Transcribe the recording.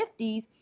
50s